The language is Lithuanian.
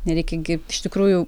nereikia gi iš tikrųjų